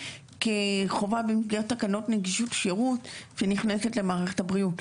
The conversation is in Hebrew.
כחובה במסגרת תקנות נגישות שירות שנכנסת למערכת הבריאות,